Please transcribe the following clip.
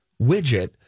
widget